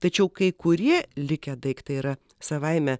tačiau kai kurie likę daiktai yra savaime